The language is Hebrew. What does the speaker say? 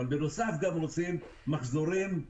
בנוסף, גם רוצים מחזורים.